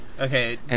Okay